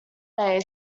day